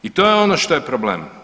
I to je ono što je problem.